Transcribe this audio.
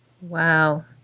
Wow